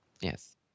Yes